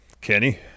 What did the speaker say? Kenny